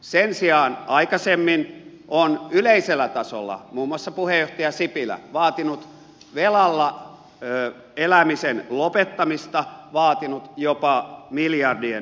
sen sijaan aikaisemmin on yleisellä tasolla muun muassa puheenjohtaja sipilä vaatinut velalla elämisen lopettamista vaatinut jopa miljardien säästöjä